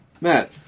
Matt